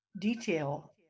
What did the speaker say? detail